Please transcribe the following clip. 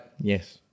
Yes